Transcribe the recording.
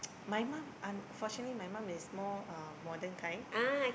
my mum unfortunately my mum is more uh modern time